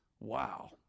Wow